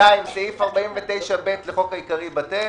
2. סעיף 49ב לחוק העיקרי בטל.